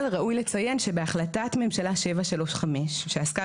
אבל ראוי לציין שבהחלטת ממשלה 735 שעסקה